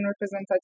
representative